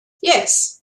yes